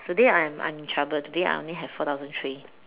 today I'm I'm in trouble today I only have four thousand three